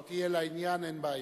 כל זמן שהיא תהיה לעניין, אין בעיה.